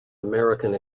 american